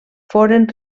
foren